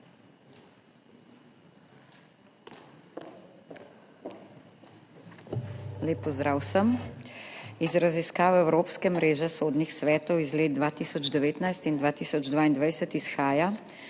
Lep pozdrav vsem! Iz raziskave Evropske mreže sodnih svetov iz leta 2019 in 2022 izhaja,